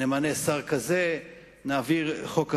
נמנה שר כזה, נעביר חוק אחר.